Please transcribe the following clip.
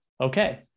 okay